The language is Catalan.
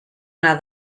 una